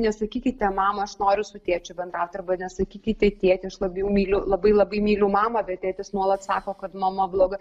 nesakykite mama aš noriu su tėčiu bendrauti arba nesakykite tėti aš labiau myliu labai labai myliu mamą bet tėtis nuolat sako kad mama bloga